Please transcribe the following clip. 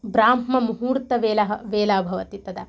ब्रह्ममुहूर्तवेलः वेला भवति तदा